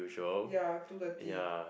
ya two thirty